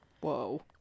Whoa